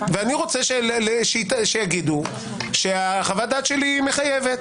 ואני הייתי רוצה שיגידו שחוות הדעת שלי מחייבת.